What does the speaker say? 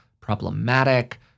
problematic